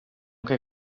què